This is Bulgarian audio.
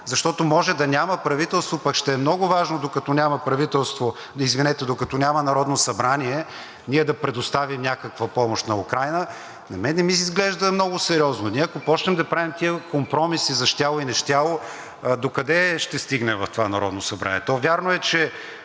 защото може да няма правителство, пък ще е много важно, докато няма правителство, извинете, докато няма Народно събрание, ние да предоставим някаква помощ на Украйна на мен не ми изглежда много сериозно. Ние, ако започнем да правим тези компромиси за щяло и не щяло, докъде ще стигнем в това Народно събрание? Вярно е, че